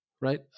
right